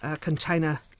container